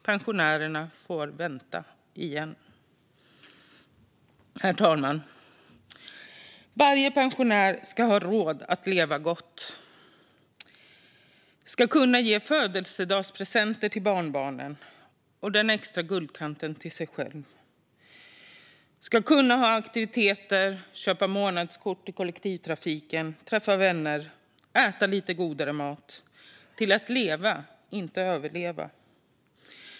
Pensionärerna får vänta - igen. Herr ålderspresident! Varje pensionär ska ha råd att leva gott. Man ska kunna ge födelsedagspresenter till barnbarnen och den extra guldkanten till sig själv. Man ska kunna ha aktiviteter, köpa månadskort till kollektivtrafiken, träffa vänner och äta lite godare mat. Man ska kunna leva, inte bara överleva.